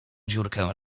dziurkę